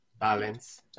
balance